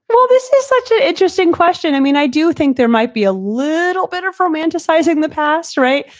well, this is such an interesting question. i mean, i do think there might be a little bit of romanticizing the past, right?